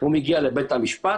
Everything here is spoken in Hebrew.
הוא מגיע לבית המשפט,